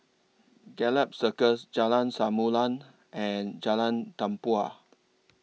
Gallop Circus Jalan Samulun and Jalan Tempua